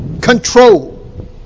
control